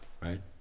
Right